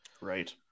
right